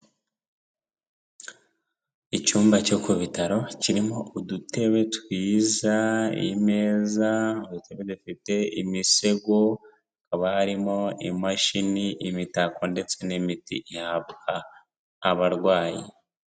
Icyumba cyo ku bitaro kirimo udutebe twiza, imeza, udutebe dufite imisego, haba harimo imashini, imitako ndetse n'imiti ihabwa abarwayi.